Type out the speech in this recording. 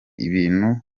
ibintu